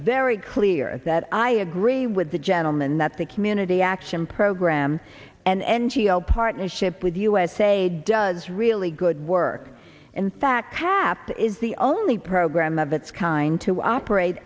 very clear that i agree with the gentleman that the community action program and n g o partnership with usa does really good work in fact kept is the only program of its kind to operate